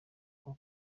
nko